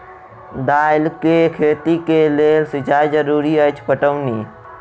दालि केँ खेती केँ लेल सिंचाई जरूरी अछि पटौनी?